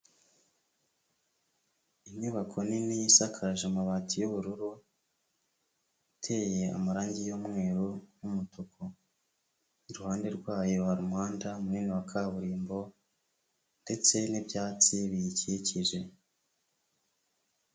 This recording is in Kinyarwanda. Inyubako nini isakaje amabati y'ubururu, iteye amarangi y'umweru n'umutuku, iruhande rwayo hari umuhanda munini wa kaburimbo, ndetse n'ibyatsi biyikikije.